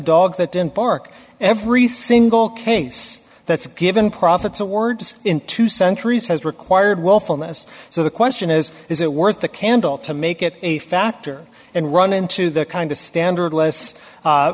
dog that didn't bark every single case that's given prophets awards in two centuries has required well for mass so the question is is it worth the candle to make it a factor and run into the kind of standard less